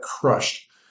crushed